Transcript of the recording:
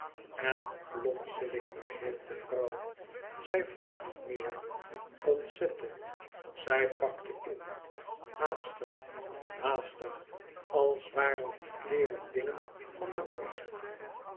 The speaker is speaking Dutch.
en plotseling begreep de vrouw zij vroeg niet meer ontzette zij pakte in haastig haastig als waren die kleeren dingen van den booze